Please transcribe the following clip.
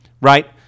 right